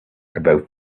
about